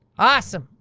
awesome.